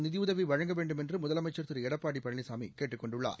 நிதியுதவி வழங்க வேண்டுமென்று முதலமைச்ச் திரு எடப்பாடி பழனிசாமி கேட்டுக் கொண்டுள்ளார்